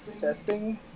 testing